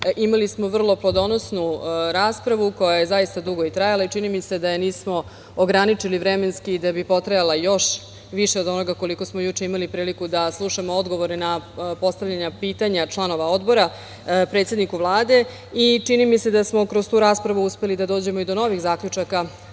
smo vrlo plodonosnu raspravu, koja je zaista dugo i trajala i čini mi se, da je nismo ograničili vremenski, da bi potrajala još više od onoga koliko smo juče imali priliku da slušamo odgovore na postavljena pitanja članova Odbora predsedniku Vlade. Čini mi se da smo kroz tu raspravu uspeli da dođemo i do novih zaključaka,